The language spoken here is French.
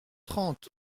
trente